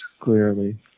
clearly